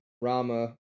Rama